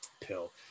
pill